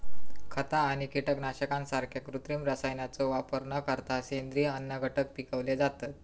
खता आणि कीटकनाशकांसारख्या कृत्रिम रसायनांचो वापर न करता सेंद्रिय अन्नघटक पिकवले जातत